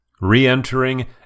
Re-entering